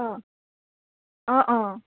অঁ অঁ অঁ